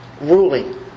Ruling